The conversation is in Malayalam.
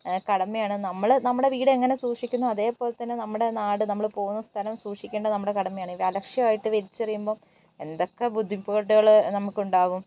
കടമയാണ് നമ്മൾ നമ്മുടെ വീട് എങ്ങനെ സൂഷിക്കുന്നോ അതേപോലെതന്നെ നമ്മുടെ നാട് നമ്മൾ പോകുന്ന സ്ഥലവും സൂക്ഷിക്കേണ്ടത് നമ്മടെ കടമയാണ് അലക്ഷ്യമായിട്ട് വലിച്ചെറിയുമ്പം എന്തൊക്കെ ബുദ്ധിമുട്ടുകൾ നമുക്കുണ്ടാകും